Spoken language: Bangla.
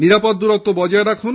নিরাপদ দূরত্ব বজায় রাখুন